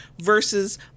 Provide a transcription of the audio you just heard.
versus